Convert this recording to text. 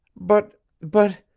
but but!